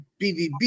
BVB